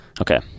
Okay